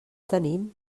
tenim